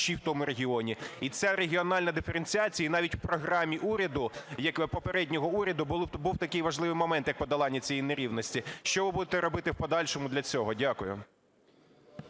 в тому регіоні. І ця регіональна диференціація, навіть в Програмі уряду, як попереднього уряду, був такий важливий момент як подолання цієї нерівності. Що ви будете робити в подальшому для цього? Дякую.